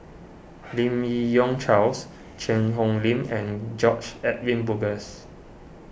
Lim Yi Yong Charles Cheang Hong Lim and George Edwin Bogaars